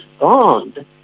bond